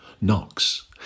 knocks